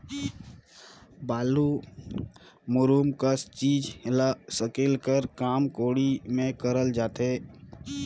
बालू, मूरूम कस चीज ल सकेले कर काम कोड़ी मे करल जाथे